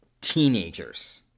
teenagers